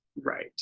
Right